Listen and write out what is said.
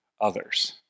others